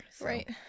Right